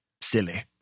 silly